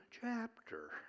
chapter